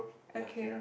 okay